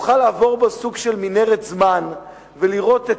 לעבור בו סוג של מנהרת זמן ולראות את